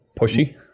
pushy